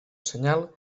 señal